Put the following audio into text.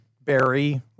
Barry